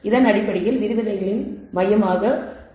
இது அடிப்படையில் விரிவுரைகளின் மையமாக இருக்கும்